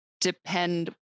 depend